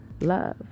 love